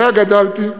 עליה גדלתי,